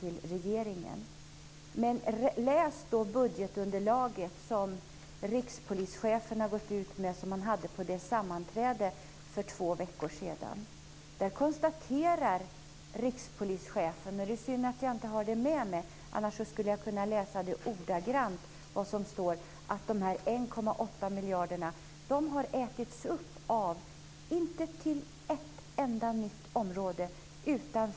Läs budgetunderlaget som Rikspolischefen har gått ut med och som han presenterade på sammanträdet för två veckor sedan! Där konstaterar Rikspolischefen att de 1,8 miljarderna inte har gått till ett enda nytt område utan ätits upp av underskott och löneuppräkning. Det är synd att jag inte har underlaget med mig.